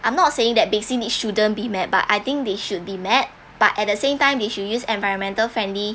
I'm not saying that basic need shouldn't be met but I think they should be met but at the same time they should use environmental friendly